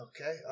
Okay